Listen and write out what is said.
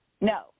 No